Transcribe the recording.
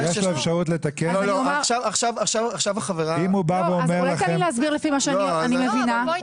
תנו לי להסביר לפי מה שאני מבינה.